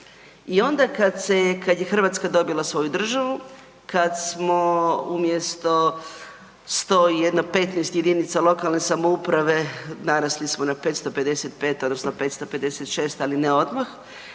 se je, kad je Hrvatska dobila svoju državu, kad smo umjesto 100 i jedno 15 JLS-ova narasli smo na 555 odnosno 556, ali ne odmah.